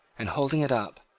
and, holding it up,